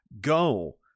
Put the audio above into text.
go